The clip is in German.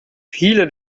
viele